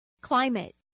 Climate